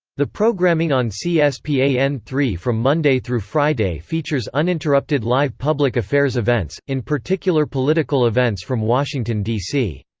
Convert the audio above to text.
the programming on c s p a n three from monday through friday features uninterrupted live public affairs events, in particular political events from washington, d c.